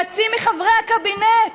חצי מחברי הקבינט,